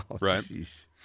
Right